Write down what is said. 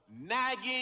nagging